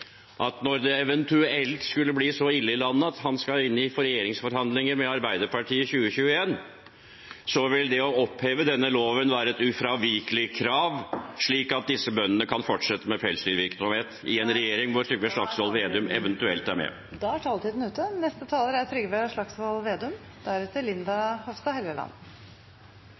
at når det eventuelt skulle bli så ille i landet at han skal inn i regjeringsforhandlinger med Arbeiderpartiet i 2021, så vil det å oppheve denne loven være et ufravikelig krav, slik at disse bøndene kan fortsette med pelsdyrvirksomhet i en regjering hvor Trygve Slagsvold Vedum eventuelt er med? Når en har sittet og hørt på innleggene fra Fremskrittspartiet og Høyre i dag, virker det som om det er